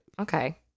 Okay